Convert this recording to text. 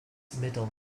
middle